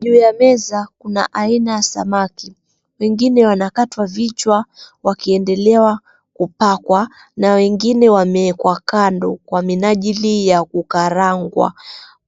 Juu ya meza kuna aina ya samaki. Wengine wanakatwa vichwa wakiendelewa kupakwa na wengine wameekwa kando wa minajili ya kukarangwa.